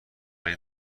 این